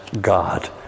God